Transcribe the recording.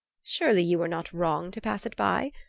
surely you were not wrong to pass it by.